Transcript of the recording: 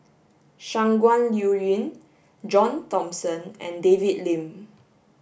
Shangguan Liuyun John Thomson and David Lim